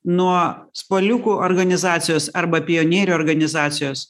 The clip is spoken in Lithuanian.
nuo spaliukų organizacijos arba pionierių organizacijos